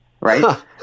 right